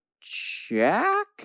Jack